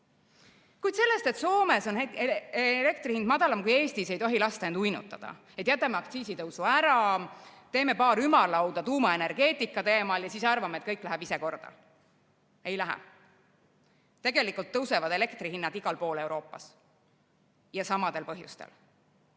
Kuid sellest, et Soomes on elektri hind madalam kui Eestis, ei tohi lasta end uinutada: jätame aktsiisitõusu ära, teeme paar ümarlauda tuumaenergeetika teemal ja arvame, et kõik läheb ise korda. Ei lähe! Tegelikult tõusevad elektri hinnad igal pool Euroopas ja samadel põhjustel. Loomuliku